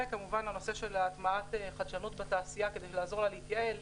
וכמובן הטמעת חדשנות בתעשייה כדי לעזור לה להתייעל,